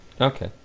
Okay